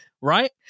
right